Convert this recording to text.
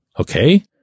Okay